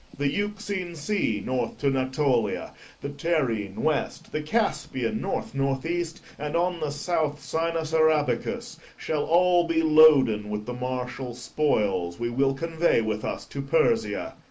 the euxine sea, north to natolia the terrene, west the caspian, north northeast and on the south, sinus arabicus shall all be loaden with the martial spoils we will convey with us to persia.